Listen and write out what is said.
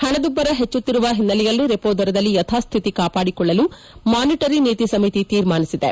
ಹಣದುಬ್ಬರ ಹೆಚ್ಚುತ್ತಿರುವ ಹಿನ್ನೆಲೆಯಲ್ಲಿ ರೆಪೋ ದರದಲ್ಲಿ ಯಥಾಸ್ದಿತಿ ಕಾಪಾದಿಕೊಳ್ಳಲು ಮಾನಿಟರಿ ನೀತಿ ಸಮಿತಿ ತೀರ್ಮಾನಿಸಿದೆ